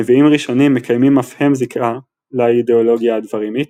נביאים ראשונים מקיימים אף הם זיקה לאידאולוגיה הדברימית,